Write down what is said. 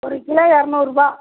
ஒரு கிலோ எரநூறுரூபா